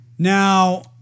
Now